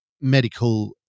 medical